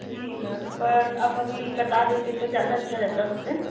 जी ma'am पर आप अभी बता देते तो ज़्यादा अच्छा रहता उस पर